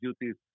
duties